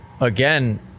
again